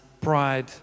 pride